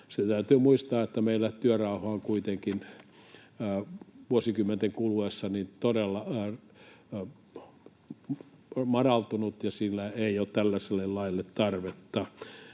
Täytyy muistaa, että meillä työrauha on kuitenkin vuosikymmenten kuluessa todella parantunut ja siinä ei ole tällaiselle laille tarvetta.